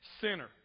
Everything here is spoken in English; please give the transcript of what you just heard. sinner